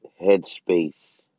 headspace